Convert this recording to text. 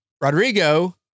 Rodrigo